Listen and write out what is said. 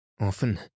often